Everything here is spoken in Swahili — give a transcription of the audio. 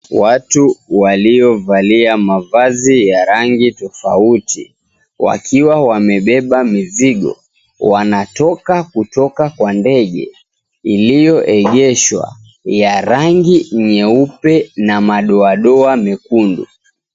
Watu waliovalia mavazi ya rangi tofauti, wakiwa wamebeba mizigo, wanatoka kutoka kwa ndege, iliyoegeshwa, ya rangi nyeupe na madoadoa mekundu.